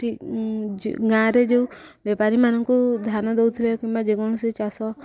ଠିକ୍ ଗାଁରେ ଯେଉଁ ବେପାରୀମାନଙ୍କୁ ଧାନ ଦଉଥିଲେ କିମ୍ବା ଯେକୌଣସି ଚାଷ